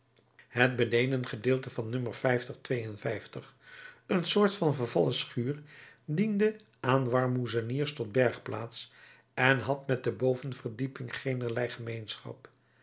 het benedengedeelte van een soort van vervallen schuur diende aan warmoeziers tot bergplaats en had met de bovenverdieping geenerlei gemeenschap